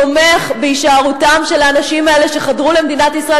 תומך בהישארותם של האנשים האלה שחדרו למדינת ישראל